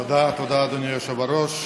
תודה, אדוני היושב-ראש.